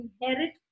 inherit